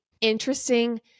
interesting